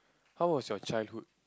how was your childhood